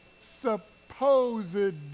supposed